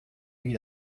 wie